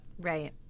Right